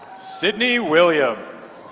sydne williams.